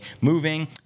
moving